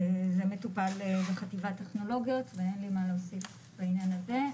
זה מטופל בחטיבת טכנולוגיות ואין לי מה להוסיף בעניין הזה,